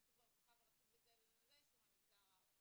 נציג ברווחה ונציג בזה ובזה שהוא מהמגזר הערבי.